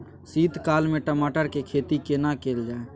शीत काल में टमाटर के खेती केना कैल जाय?